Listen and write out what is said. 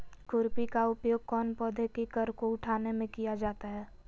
खुरपी का उपयोग कौन पौधे की कर को उठाने में किया जाता है?